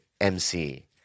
MC